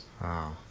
Wow